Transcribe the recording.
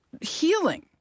healing